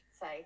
say